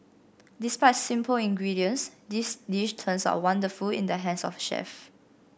despite simple ingredients this dish turns wonderful in the hands of chef